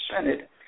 Senate